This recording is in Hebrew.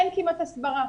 אין כמעט הסברה.